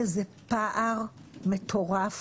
איזה פער מטורף